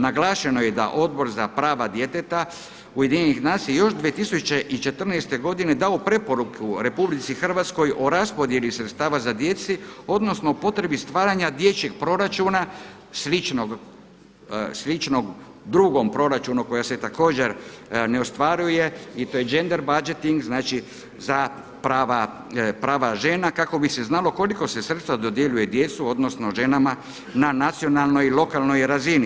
Naglašeno je da Odbor za prava djeteta UN-a još 2014. godine dao preporuku RH o raspodjeli sredstava za djecu odnosno o potrebi stvaranja dječjeg proračuna sličnog drugom proračunu koje se također ne ostvaruje i to je Gender budgeting znači za prava žena kako bi se znalo koliko se sredstava dodjeljuje djeci odnosno ženama na nacionalnoj i lokalnoj razini.